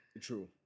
True